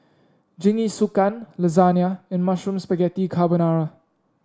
Jingisukan Lasagna and Mushroom Spaghetti Carbonara